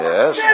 Yes